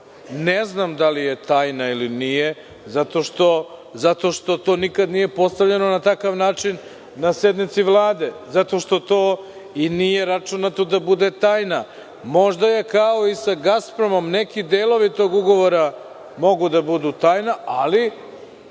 ne znam da li je tajna ili nije, zato što to nikada nije postavljeno na takav način, na sednici Vlade, jer nije računato da bude tajna. Možda je kao i sa „Gaspromom“, neki delovi tog ugovora mogu da budu tajna, ali